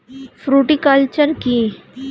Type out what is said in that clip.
Fruticulture কী?